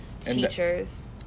Teachers